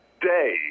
day